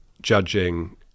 judging